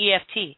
EFT